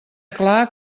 clar